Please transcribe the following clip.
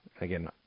again